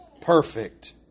perfect